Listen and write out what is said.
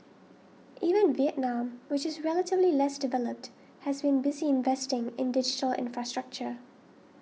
even Vietnam which is relatively less developed has been busy investing in digital infrastructure